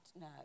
no